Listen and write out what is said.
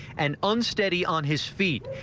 and unsteady on his feet.